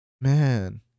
man